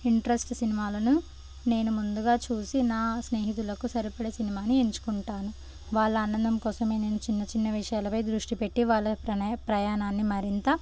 interest సినిమాలను నేను ముందుగా చూసి నా స్నేహితులకు సరిపడే సినిమాని ఎంచుకుంటాను వాళ్ళ ఆనందం కోసమే నేను చిన్న చిన్న విషయాలపై దృష్టి పెట్టి వాళ్ళ ప్ర ప్రయాణాన్ని మరింత